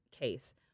case